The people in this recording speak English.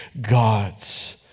God's